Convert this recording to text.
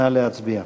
נא להצביע.